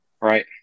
Right